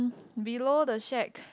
below the shack